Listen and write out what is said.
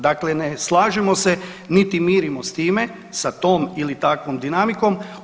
Dakle, ne slažemo se niti mirimo s time sa tom ili takvom dinamikom.